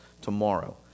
tomorrow